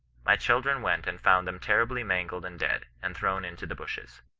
my children went, and found them terribly mangled and dead, and thrown into the bushes.